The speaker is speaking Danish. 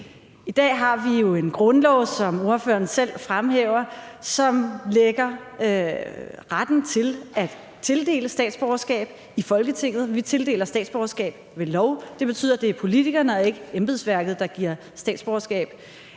I dag har vi jo en grundlov, som ordføreren selv fremhæver, som lægger retten til at tildele statsborgerskab i Folketinget – vi tildeler statsborgerskab ved lov, og det betyder, at det er politikerne og ikke embedsværket, der giver statsborgerskab.